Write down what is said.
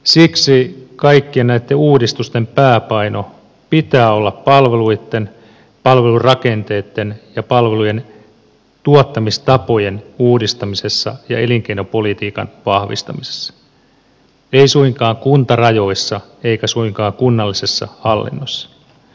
siksi kaikkien näitten uudistusten pääpainon pitää olla palveluitten palvelurakenteitten ja palvelujen tuottamistapojen uudistamisessa ja elinkeinopolitiikan vahvistamisessa ei suinkaan kuntarajoissa eikä suinkaan kunnallisessa hallinnossa